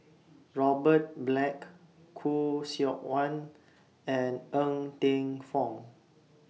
Robert Black Khoo Seok Wan and Ng Teng Fong